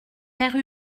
père